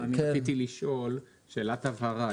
אני רציתי לשאול שאלת הבהרה.